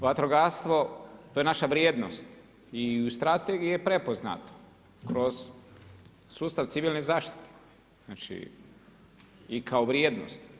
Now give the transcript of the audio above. Vatrogastvo, to je naša vrijednost i u strategiji je prepoznato kroz sustav Civilne zaštite, znači i kao vrijednost.